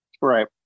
Right